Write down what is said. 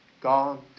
God